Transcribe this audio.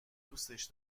دوستش